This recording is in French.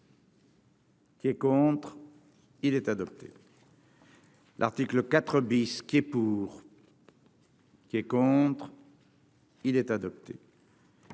Qui est contre, il est adopté. L'article 4 bis. Qui est pour, qui est contre, il est adopté.